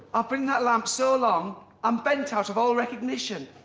i've been in that lamp so long i'm bent out of all recognition.